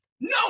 No